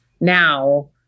now